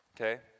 Okay